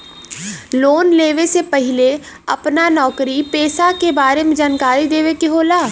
Loan लेवे से पहिले अपना नौकरी पेसा के बारे मे जानकारी देवे के होला?